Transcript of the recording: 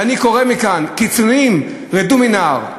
ואני קורא מכאן: קיצוניים, רדו מן ההר.